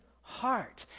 heart